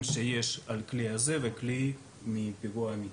שיש על הכלי הזה והכלי מהפיגוע האמיתי.